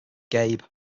gabe